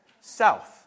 south